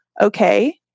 okay